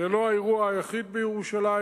זה לא האירוע היחיד בירושלים.